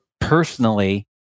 personally